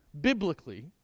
biblically